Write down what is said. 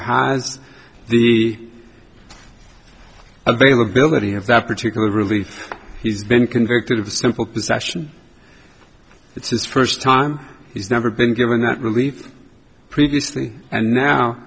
has the availability of that particular relief he's been convicted of a simple possession it's his first time he's never been given that relief previously and now